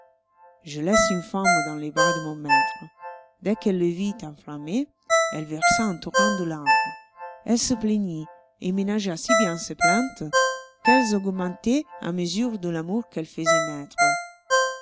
je laisse une femme dans les bras de mon maître dès qu'elle le vit enflammé elle versa un torrent de larmes elle se plaignit et ménagea si bien ses plaintes qu'elles augmentoient à mesure de l'amour qu'elle faisoit naître